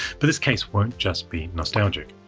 but this case won't just be nostalgic.